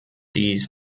dies